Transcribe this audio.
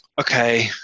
okay